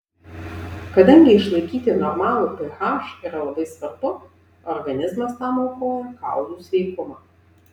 kadangi išlaikyti normalų ph yra labai svarbu organizmas tam aukoja kaulų sveikumą